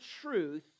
truth